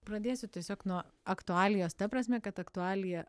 pradėsiu tiesiog nuo aktualijos ta prasme kad aktualija